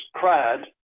cried